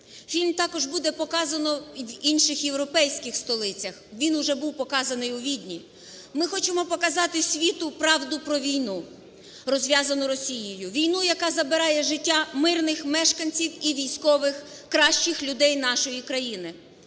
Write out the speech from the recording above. Фільм також буде показано в інших європейських столицях. Він уже був показаний у Відні. Ми хочемо показати світу правду про війну, розв'язану Росією, війну, яка забирає життя мирних мешканців і військових – кращих людей нашої кураїни.